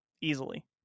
Easily